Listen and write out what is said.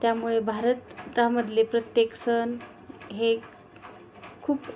त्यामुळे भारतामधले प्रत्येक सण हे खूप